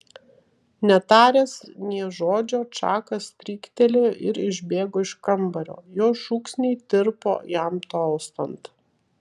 netaręs nė žodžio čakas stryktelėjo ir išbėgo iš kambario jo šūksniai tirpo jam tolstant